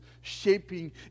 shaping